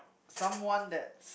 someone that's